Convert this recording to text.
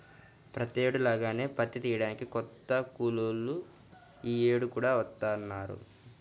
ప్రతేడు లాగానే పత్తి తియ్యడానికి కొత్త కూలోళ్ళు యీ యేడు కూడా వత్తన్నారా